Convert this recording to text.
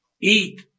eat